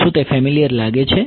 શું તે ફેમીલીયર લાગે છે